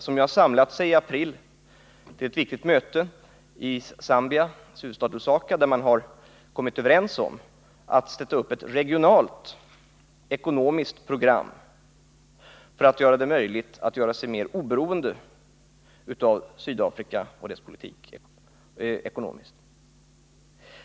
De samlades i april till ett viktigt möte i Namibias huvudstad Lusaka och kom där överens om att utforma ett regionalt ekonomiskt program för att göra sig mer oberoende av Sydafrika.